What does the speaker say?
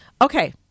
Okay